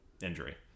injury